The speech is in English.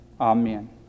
Amen